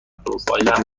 پروفایلم